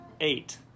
Eight